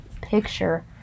picture